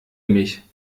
mich